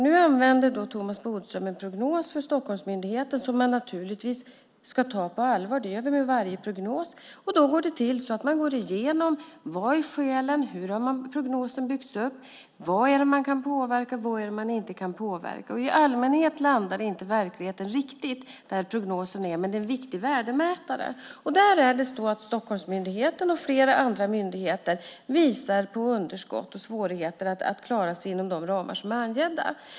Nu använder Thomas Bodström en prognos för Stockholmsmyndigheten, och den ska man naturligtvis ta på allvar - det gör vi med varje prognos. Då går man igenom hur prognosen har byggts upp, vad man kan påverka och vad man inte kan påverka. I allmänhet landar verkligheten inte riktigt i prognosen, men den är en viktig värdemätare. Där visar då Stockholmsmyndigheten och flera andra myndigheter på underskott och svårigheter att klara sig inom de ramar som är angivna.